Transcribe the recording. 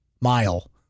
mile